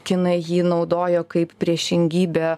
kinai jį naudojo kaip priešingybę